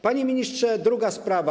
Panie ministrze, druga sprawa.